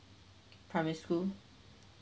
primary school